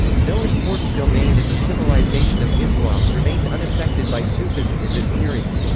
no important domain in the civilization of islam remained unaffected by sufism in this period.